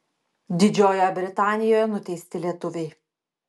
didžiojoje britanijoje nuteisti lietuviai